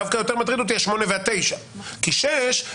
דווקא אותי מטריד יותר השמונה והתשעה חודשים כי ששת החודשים,